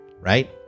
Right